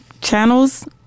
channels